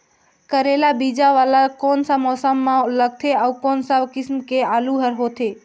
करेला बीजा वाला कोन सा मौसम म लगथे अउ कोन सा किसम के आलू हर होथे?